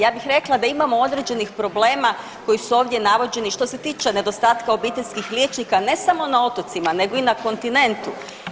Ja bih rekla da imamo određenih problema koji su ovdje navođeni što se tiče nedostatka obiteljskih liječnika, ne samo na otocima nego i na kontinentu.